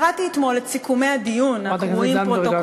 חוזר אחורה עוד לתקופת היותי רמטכ"ל,